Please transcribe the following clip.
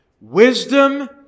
Wisdom